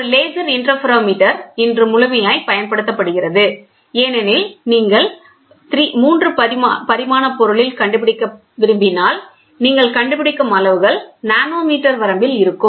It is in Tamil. ஒரு லேசர் இன்டர்ஃபெரோமீட்டர் இன்று முழுமையாய் பயன்படுத்தப்படுகிறது ஏனெனில் நீங்கள் 3 பரிமாண பொருளில் கண்டுபிடிக்க விரும்பினால் நீங்கள் கண்டுபிடிக்கும் அளவுகள் நானோமீட்டர் வரம்பில் இருக்கும்